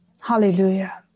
Hallelujah